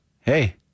hey